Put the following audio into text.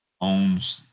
owns